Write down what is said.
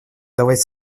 давать